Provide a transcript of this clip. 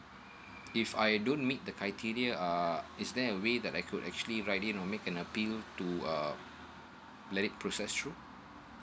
if I don't meet the criteria uh is there a way that I could actually write in or make an appeal to uh let it process through